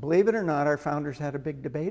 believe it or not our founders had a big debate